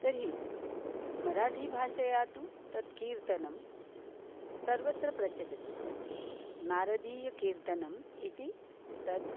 तर्हि मराठीभाषया तु तत् कीर्तनं सर्वत्र प्रचलति नारदीयकीर्तनम् इति तत्